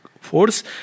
force